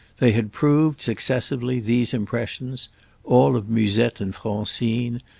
they had proved, successively these impressions all of musette and francine,